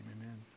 amen